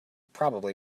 probably